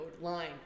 line